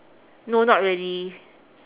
no not really